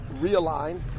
realign